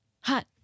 hot